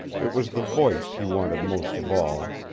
it was the voice he wanted most of all,